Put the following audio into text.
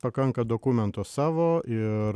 pakanka dokumento savo ir